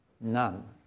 None